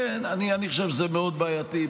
כן, אני חושב שזה מאוד בעייתי.